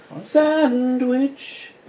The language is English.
sandwich